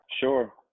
Sure